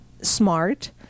smart